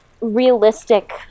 realistic